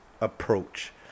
approach